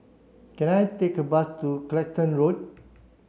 can I take a bus to Clacton Road